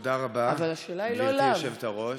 תודה רבה, גברתי היושבת-ראש.